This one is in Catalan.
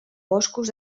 boscos